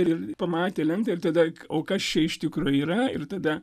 ir pamatė lentą ir tada o kas čia iš tikro yra ir tada